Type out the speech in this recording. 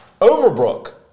Overbrook